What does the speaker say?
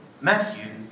Matthew